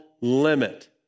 limit